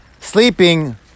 sleeping